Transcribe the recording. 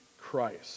Christ